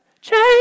change